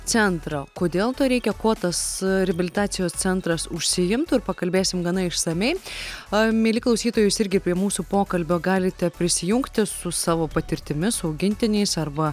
centrą kodėl to reikia kuo tas reabilitacijos centras užsiimtų ir pakalbėsim gana išsamiai mieli klausytojai jūs irgi prie mūsų pokalbio galite prisijungti su savo patirtimis augintiniais arba